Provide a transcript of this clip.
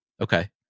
Okay